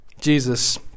Jesus